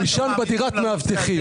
הוא יישן בדירת מאבטחים,